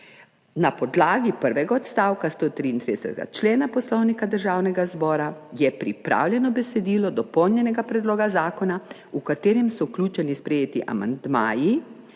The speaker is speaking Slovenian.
Na podlagi prvega odstavka 133. člena Poslovnika Državnega zbora je pripravljeno besedilo dopolnjenega predloga zakona, v katerem so vključeni sprejeti amandmaji.